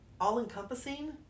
all-encompassing